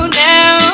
now